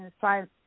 science